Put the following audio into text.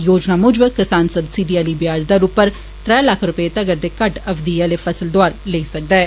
योजना मूजब किसान सबसिडी आली ब्याज दर उप्पर त्रै लक्ख रपे तक्कर दे घट्ट अवधि आले फसल दौहार लेई सकदा ऐ